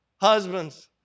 husbands